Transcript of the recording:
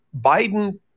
Biden